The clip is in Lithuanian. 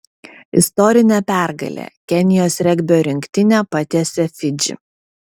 istorinė pergalė kenijos regbio rinktinė patiesė fidžį